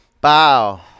Bow